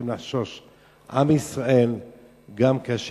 אבל אנחנו לא צריכים לחשוש.